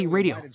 Radio